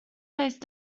faced